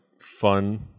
fun